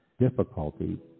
difficulty